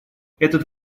этот